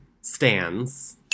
stands